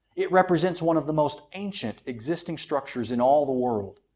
it represents one of the most ancient existing structures in all the world.